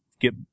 get